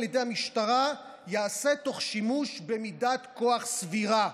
ידי המשטרה ייעשה תוך שימוש במידת כוח סבירה,